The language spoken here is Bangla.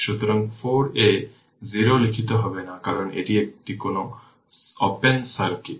সুতরাং 4 এ 0 লিখতে হবে না কারণ এটি একটি ওপেন সার্কিট